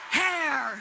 hair